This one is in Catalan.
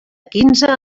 quinze